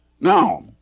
Now